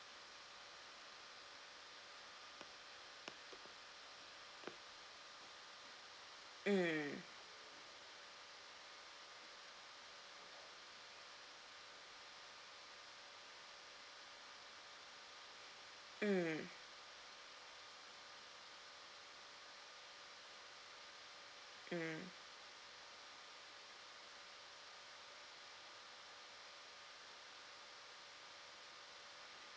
mm mm mm